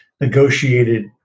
negotiated